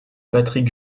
patrick